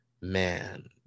man